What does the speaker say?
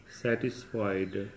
satisfied